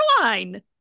line